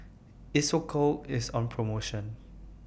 Isocal IS on promotion